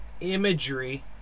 imagery